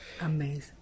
Amazing